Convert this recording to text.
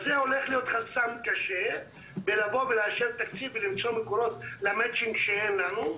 אז זה הולך להיות חסם קשה כדי למצוא מקורות ל-Matching כשאין לנו,